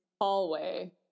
hallway